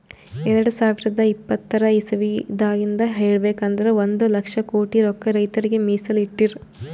ಎರಡ ಸಾವಿರದ್ ಇಪ್ಪತರ್ ಇಸವಿದಾಗಿಂದ್ ಹೇಳ್ಬೇಕ್ ಅಂದ್ರ ಒಂದ್ ಲಕ್ಷ ಕೋಟಿ ರೊಕ್ಕಾ ರೈತರಿಗ್ ಮೀಸಲ್ ಇಟ್ಟಿರ್